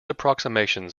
approximations